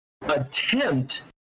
attempt